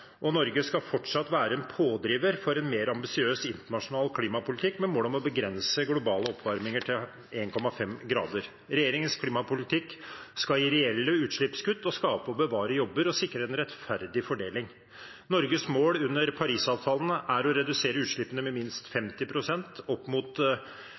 og Norge skal fortsatt være en pådriver for en mer ambisiøs internasjonal klimapolitikk med mål om å begrense den globale oppvarmingen til 1,5 grader. Regjeringens klimapolitikk skal gi reelle utslippskutt og skape og bevare jobber og sikre en rettferdig fordeling. Norges mål under Parisavtalen er å redusere utslippene med minst 50 pst., opp mot